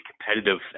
competitive